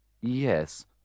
Yes